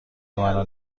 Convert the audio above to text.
مرا